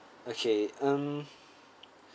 okay um